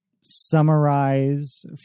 summarize